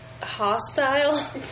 hostile